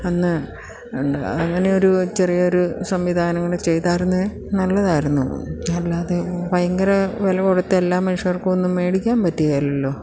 അന്ന് ഉണ്ട് അങ്ങനെയൊരു ചെറിയൊരു സംവിധാനങ്ങൾ ചെയ്തിരുന്നെങ്കിൽ നല്ലതായിരുന്നു അല്ലാതെ ഭയങ്കര വില കൊടുത്തെല്ലാ മനുഷ്യർക്കുമൊന്ന് മേടിക്കാൻ പറ്റുകില്ലല്ലോ